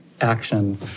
action